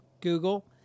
Google